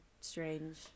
strange